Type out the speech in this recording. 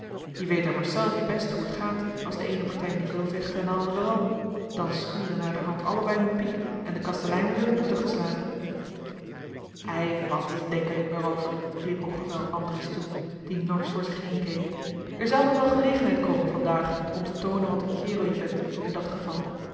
je weet ommers zelf best hoe t gaat as de eene partij niet wil vechten en de aêre al dan schuren naderhand allebei hun piek en de kastelein wordt in de boete geslagen ei wat denk er niet meer over riep roggeveld andries toe die norsch voor zich heen keek er zel nog wel gelegenheid kommen vandaag om te toonen wat een kaerel je bent in dat geval